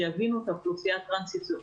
שיבינו את האוכלוסייה הטרנסית.